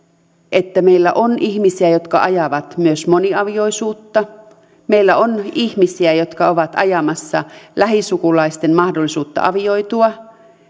että meillä on ihmisiä jotka ajavat myös moniavioisuutta meillä on ihmisiä jotka ovat ajamassa lähisukulaisten mahdollisuutta avioitua